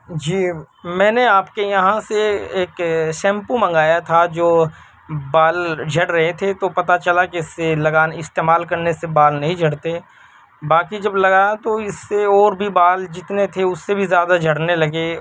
جی میں نے آپ کے یہاں سے ایک شیمپو منگایا تھا جو بال جھڑ رہے تھے تو پتا چلا کہ اسے لگان استعمال کرنے سے بال نہیں جھڑتے باقی جب لگایا تو اس سے اور بھی بال جتنے تھے اس سے بھی زیادہ جھڑنے لگے